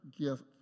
gift